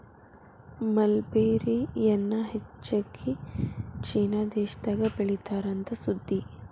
mulberry ಎನ್ನಾ ಹೆಚ್ಚಾಗಿ China ದೇಶದಾಗ ಬೇಳಿತಾರ ಅಂತ ಸುದ್ದಿ